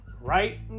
Right